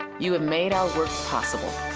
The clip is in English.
you have made our possible,